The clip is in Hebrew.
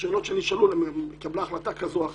ושאלות שנשאלו לגבי החלטה כזאת או אחרת.